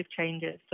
changes